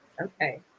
okay